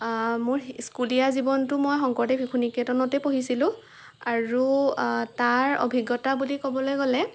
মোৰ স্কুলীয়া জীৱনটো মই শংকৰদেৱ শিশু নিকেতনতে পঢ়িছিলোঁ আৰু তাৰ অভিজ্ঞতা বুলি কবলৈ গ'লে